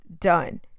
done